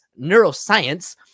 neuroscience